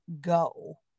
go